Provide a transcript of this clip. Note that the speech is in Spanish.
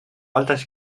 altas